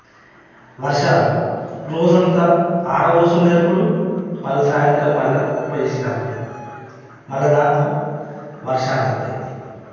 వర్షాల రోజంత ఆరబోసుంటారు ఇప్పుడు మళ్ళా సాయంత్రం మళ్ళా కుప్ప చేసి అప్పుడు మళ్ళా దాంట్లో వర్షాలంతే